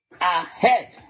ahead